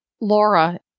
Laura